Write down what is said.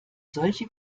solche